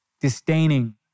disdaining